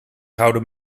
gouden